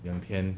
两天